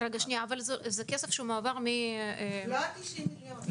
אבל זה כסף שמועבר מ --- זה לא ה-90 מיליון,